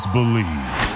Believe